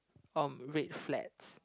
um red flats